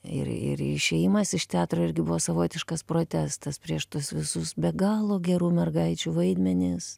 ir ir išėjimas iš teatro irgi buvo savotiškas protestas prieš tus visus be galo gerų mergaičių vaidmenis